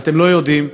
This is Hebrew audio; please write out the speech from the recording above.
אם אתם לא יודעים,